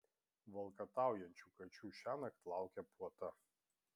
valkataujančių kačių šiąnakt laukia puota